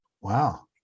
Wow